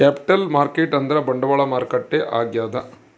capital market ಅಂದ್ರ ಬಂಡವಾಳ ಮಾರುಕಟ್ಟೆ ಆಗ್ಯಾದ